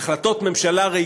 וגם במקרה הזה,